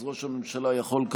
אז ראש הממשלה יכול,